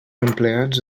empleats